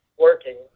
working